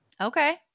Okay